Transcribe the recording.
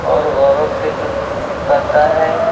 اور غور و فکر کرتا ہے